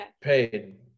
paid